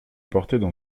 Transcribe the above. portaient